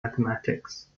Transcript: mathematics